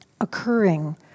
occurring